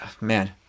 man